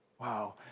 Wow